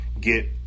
get